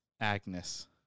Agnes